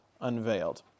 unveiled